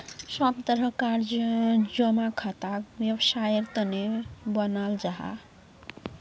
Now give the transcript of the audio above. सब तरह कार जमा खाताक वैवसायेर तने बनाल जाहा